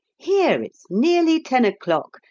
here it's nearly ten o'clock,